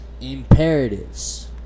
imperatives